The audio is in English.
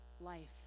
life